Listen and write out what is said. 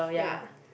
ya